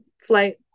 flight